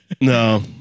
No